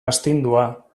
astindua